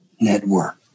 network